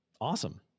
Awesome